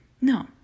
No